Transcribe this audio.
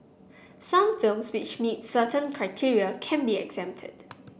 some films which meet certain criteria can be exempted